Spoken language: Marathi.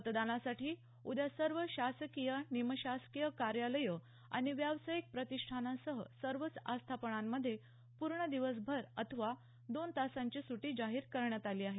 मतदानासाठी उद्या सर्व शासकीय निमशासकीय कार्यालयं आणि व्यावसायिक प्रतिष्ठानांसह सर्वच आस्थापनांमध्ये पूर्ण दिवसभर अथवा दोन तासांची सुटी जाहीर करण्यात आली आहे